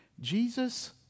Jesus